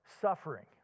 suffering